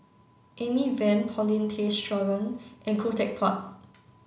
Amy Van Paulin Tay Straughan and Khoo Teck Puat